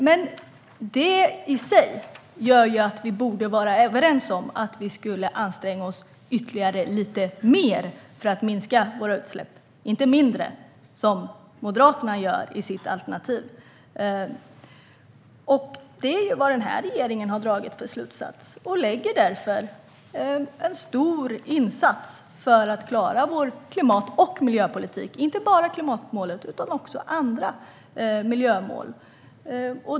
Detta i sig gör att vi borde vara överens om att anstränga oss ytterligare lite mer för att minska våra utsläpp - inte mindre, som Moderaterna gör i sitt alternativ. Den här regeringen har dragit denna slutsats, och därför gör man en stor insats för att klara klimat och miljöpolitiken. Det handlar inte bara om klimatmålet utan också om andra miljömål.